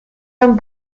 homme